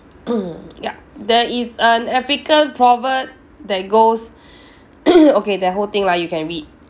ya there is an african proverb that goes okay that whole thing lah you can read